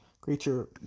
creature